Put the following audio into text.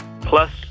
plus